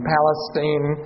Palestine